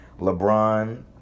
LeBron